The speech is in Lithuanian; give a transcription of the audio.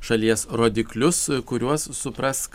šalies rodiklius kuriuos suprask